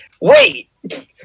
Wait